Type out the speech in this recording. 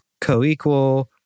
co-equal